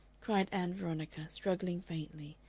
cried ann veronica, struggling faintly,